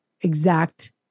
exact